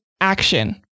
action